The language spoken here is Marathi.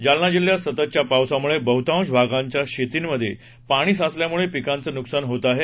जालना जिल्ह्यात सततच्या पावसामुळे बहुतांश भागात शेतांमध्ये पाणी साचल्यामुळं पिकांचं नुकसान होत आहे